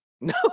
no